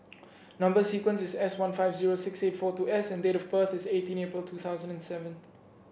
number sequence is S one five zero six eight four two S and date of birth is eighteen April two thousand and seven